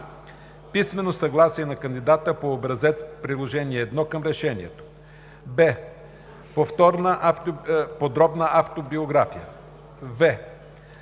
писмено съгласие на кандидата по образец – приложение № 1 към решението; б) подробна автобиография; в)